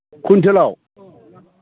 कुइनटेलाव